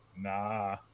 nah